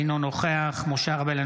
אינו נוכח משה ארבל,